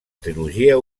trilogia